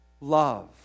love